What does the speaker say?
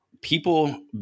people –